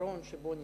האחרון שבו נפגשנו,